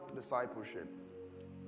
Discipleship